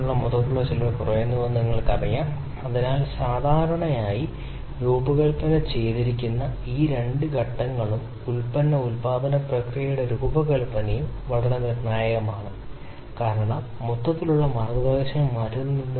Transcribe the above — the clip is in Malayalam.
അതിനാൽ എനിക്ക് കഴിയുമെന്ന് പറഞ്ഞു പൂർണ്ണ എക്സ്പ്രഷനിൽ ഉള്ളതുപോലെ ഇത് എഴുതുക അതിനാൽ അവസാനമായി എനിക്ക് അവശേഷിക്കുന്നു ഇത് യഥാർത്ഥത്തിൽ mu ശരിയാണ് ഇതും ഞാനും k with ഉപയോഗിച്ച് പ്രവർത്തനക്ഷമമാക്കും അതിനാൽ ഇത് k to ന് തുല്യമാണെന്ന് എനിക്ക് പറയാൻ കഴിയും